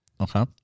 Okay